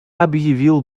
объявил